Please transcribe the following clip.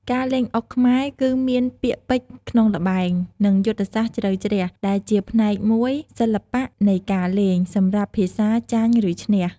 ការលេងអុកខ្មែរ គឺមានពាក្យពេចន៍ក្នុងល្បែង និងយុទ្ធសាស្ត្រជ្រៅជ្រះ ដែលជាផ្នែកមួយសិល្បៈនៃការលេង សម្រាប់ភាសា ចាញ់ ឬ ឈ្នះ។